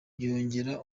yongera